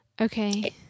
Okay